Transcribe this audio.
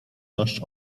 dość